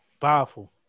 Powerful